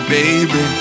baby